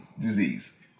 disease